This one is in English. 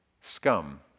scum